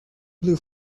blue